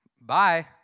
bye